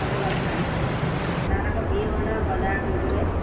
সোনকালে ওলাব খালী তাত আকৌ ভিৰ হয় নহয় বজাৰ কৰিবলৈ